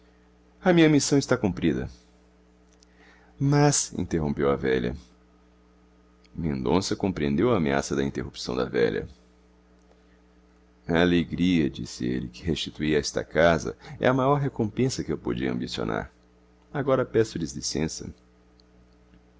a minha missão está cumprida mas interrompeu a velha mendonça compreendeu a ameaça da interrupção da velha a alegria disse ele que restituí a esta casa é a maior recompensa que eu podia ambicionar agora peço lhes licença